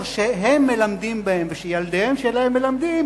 שהם מלמדים בהם ושילדיהם שלהם לומדים